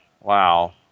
wow